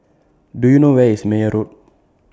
Do YOU know Where IS Meyer Road